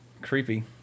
creepy